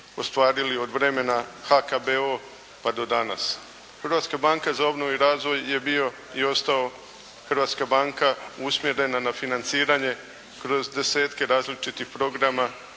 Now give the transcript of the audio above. ostvarili od vremena HKBO pa do danas. Hrvatska banka za obnovu i razvoj je bio i ostao hrvatska banka usmjerena na financiranje kroz desetke različitih programa